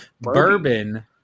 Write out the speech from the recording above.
Bourbon